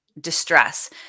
distress